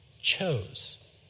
chose